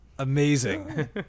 Amazing